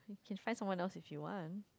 you can find someone else if you want